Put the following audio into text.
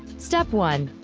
step one.